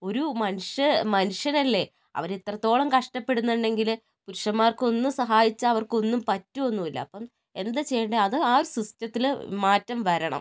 ഒരു മനുഷ്യൻ മനുഷ്യനല്ലേ അവർ ഇത്രത്തോളം കഷ്ടപ്പെടുന്നണ്ടെങ്കിൽ പുരുഷന്മാർക്കും ഒന്ന് സഹായിച്ചാൽ അവർക്ക് ഒന്നും പറ്റും ഒന്നും ഇല്ല അപ്പം എന്താ ചെയ്യണ്ടേ അത് ആ ഒരു സിസ്റ്റത്തിൽ മാറ്റം വരണം